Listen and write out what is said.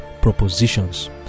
propositions